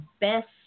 Best